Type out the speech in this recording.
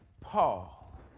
Paul